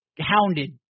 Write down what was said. hounded